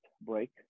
break